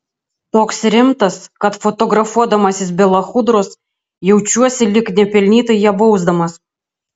toks rimtas kad fotografuodamasis be lachudros jaučiuosi lyg nepelnytai ją bausdamas